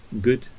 good